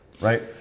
Right